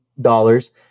dollars